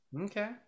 okay